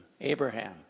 Abraham